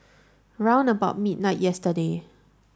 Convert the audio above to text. round about midnight yesterday